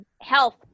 health